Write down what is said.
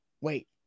Wait